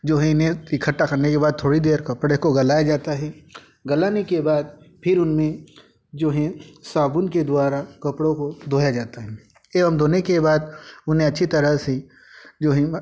जो है इन्हें इकठ्ठा करने के बाद थोड़ी देर कपड़े को गलाया जाता है गलाने के बाद फिर उनमें जो हैं साबुन के द्वारा कपड़ों को धोया जाता है एवं धोने के बाद उन्हें अच्छी तरह से जो हैं